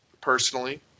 personally